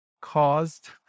caused